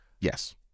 Yes